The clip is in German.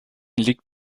liegt